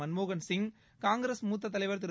மன்மோகன் சிங் காங்கிரஸ் மூத்த தலைவர் திரு